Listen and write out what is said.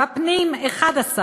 בפנים, 11,